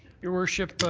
your worship,